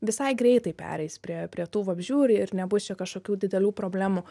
visai greitai pereis prie prie tų vabzdžių ir ir nebus čia kažkokių didelių problemų